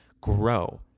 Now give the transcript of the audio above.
grow